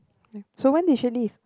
so when did she leave